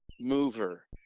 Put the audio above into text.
mover